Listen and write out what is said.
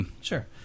Sure